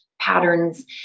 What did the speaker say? patterns